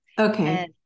Okay